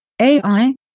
AI